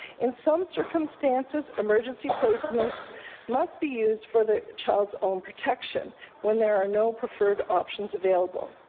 in some circumstances, emergency placements must be used for the child's own protection when there are no preferred options available.